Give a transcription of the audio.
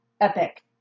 Epic